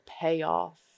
payoff